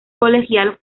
colegial